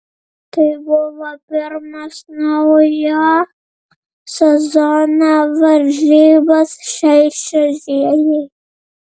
tai buvo pirmos naujo sezono varžybos šiai čiuožėjai